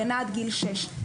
הגנה עד גיל שש.